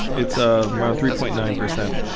it's ah around three point nine percent.